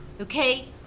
Okay